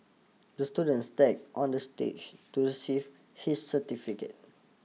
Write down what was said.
the student on the stage to receive his certificate